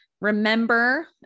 Remember